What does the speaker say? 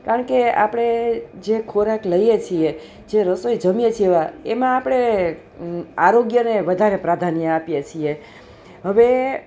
કારણ કે આપણે જે ખોરાક લઈએ છીએ જે રસોઈ જમીએ છીએ એમાં આપણે આરોગ્યને વધારે પ્રાધાન્ય આપીએ છીએ હવે